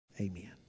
Amen